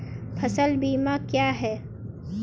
फसल बीमा क्या होता है?